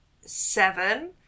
seven